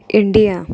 India